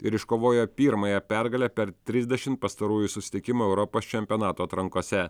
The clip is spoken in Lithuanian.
ir iškovojo pirmąją pergalę per trisdešimt pastarųjų susitikimų europos čempionato atrankose